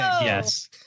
Yes